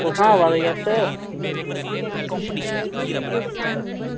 कुत्थां आवा दे गेस्ट